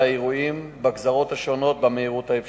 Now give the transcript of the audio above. לאירועים בגזרות השונות במהירות האפשרית.